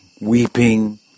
weeping